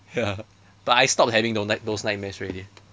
ya but I stopped having tho~ ni~ those nightmares already